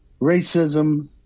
racism